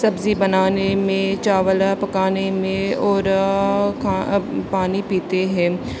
سبزی بنانے میں چاول پکانے میں اور کھا پانی پیتے ہیں